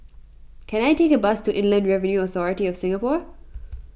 can I take a bus to Inland Revenue Authority of Singapore